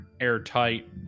airtight